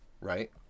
right